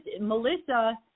Melissa